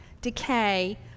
decay